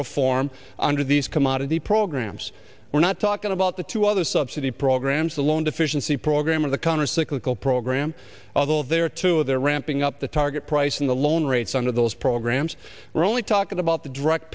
reform under these commodity programs we're not talking about the two other subsidy programs alone deficiency program of the countercyclical program although there are two of the ramping up the target price in the loan rates under those programs we're only talking about the drug